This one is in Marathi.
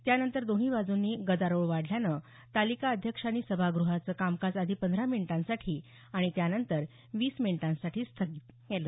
त्यानंतर दोन्ही बाजूंनी गदारोळ वाढल्यानं तालिका अध्यक्षांनी सभागृहाचं कामकाज आधी पंधरा मिनिटांसाठी आणि त्यानंतर वीस मिनिटांसाठी स्थगित केलं